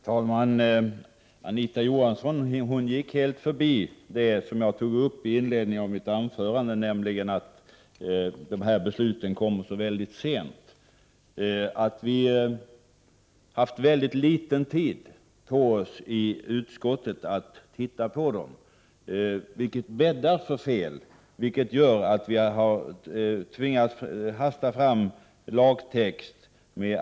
Herr talman! Anita Johansson gick helt förbi det som jag tog upp i inledningen av mitt anförande, nämligen att dessa beslut fattades så sent. Utskottet har haft mycket liten tid på sig att ta ställning till dem, vilket bäddar för fel. Utskottet har därför tvingats hasta fram lagtext.